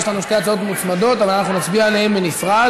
יש לנו שתי הצעות מוצמדות אבל אנחנו נצביע עליהן בנפרד.